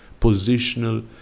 positional